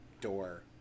door